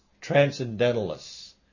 transcendentalists